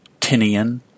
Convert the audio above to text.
Tinian